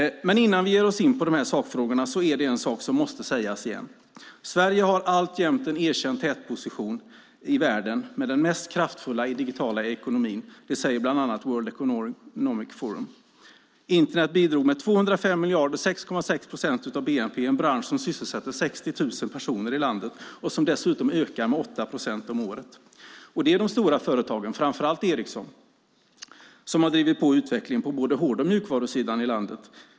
Men innan vi ger oss in på sakfrågorna är det en sak som måste sägas igen: Sverige har alltjämt en erkänd tätposition i världen med den mest kraftfulla digitala ekonomin. Det säger bland annat World Economic Forum. Internet bidrog under 2009 med 205 miljarder kronor - 6,6 procent av bnp i en bransch som sysselsätter 60 000 personer i landet och som dessutom ökar med 8 procent om året. Det är de stora företagen, framför allt Ericsson, som har drivit på utvecklingen både på hård och mjukvarusidan i landet.